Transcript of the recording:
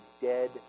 dead